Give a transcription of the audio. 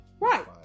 Right